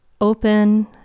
open